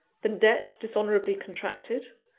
than debts dishonourably contracted?